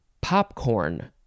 popcorn